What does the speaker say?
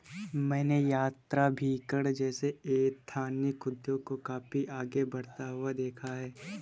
मैंने यात्राभिकरण जैसे एथनिक उद्योग को काफी आगे बढ़ता हुआ देखा है